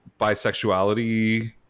bisexuality